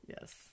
Yes